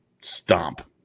stomp